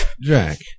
jack